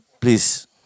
Please